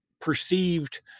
perceived